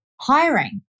hiring